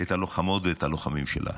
את הלוחמות ואת הלוחמים שלה.